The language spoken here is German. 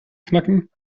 knacken